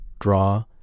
draw